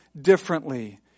differently